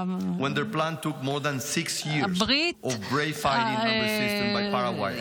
לנוכח לחימה אמיצה של שש שנים מצד פרגוואי,